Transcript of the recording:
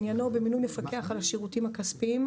עניינו במינוי מפקח על השירותים הכספיים.